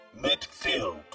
Midfield